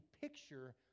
picture